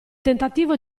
tentativo